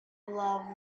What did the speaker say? love